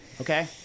Okay